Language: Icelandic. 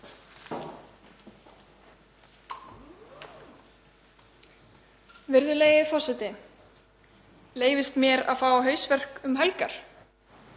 Virðulegi forseti. Leyfist mér að fá hausverk um helgar?